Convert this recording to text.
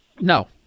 No